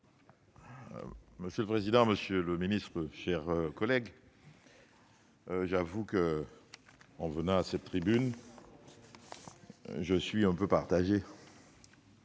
Monsieur le président, monsieur le ministre, mes chers collègues, je l'avoue, en venant à cette tribune, je suis un peu partagé.